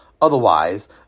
Otherwise